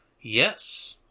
Yes